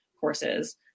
courses